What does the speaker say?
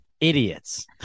idiots